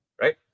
right